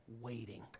waiting